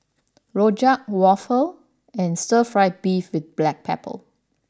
Rojak Waffle and Stir Fry Beef with Black Pepper